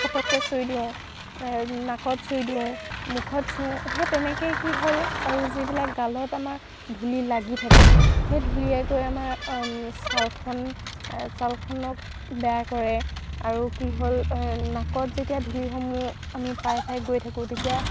পটককৈ চুই দিওঁ নাকত চুই দিওঁ মুখত চুওঁ সেই তেনেকৈ কি হ'ল আৰু যিবিলাক গালত আমাৰ ধূলি লাগি থাকে সেই ধূলিয়ে গৈ আমাৰ ছালখন ছালখনক বেয়া কৰে আৰু কি হ'ল নাকত যেতিয়া ধূলিসমূহ আমি পাই পাই গৈ থাকোঁ তেতিয়া